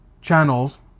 channels